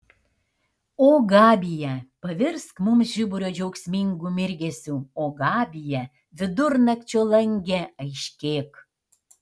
o gabija pavirsk mums žiburio džiaugsmingu mirgesiu o gabija vidurnakčio lange aiškėk